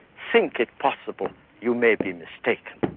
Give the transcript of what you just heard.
think it possible you may be mistaken.